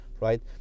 right